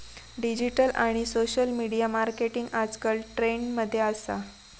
digital आणि social media marketing आजकल trend मध्ये असा